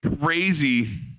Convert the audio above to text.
crazy